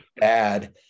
bad